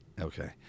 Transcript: Okay